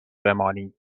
بمانید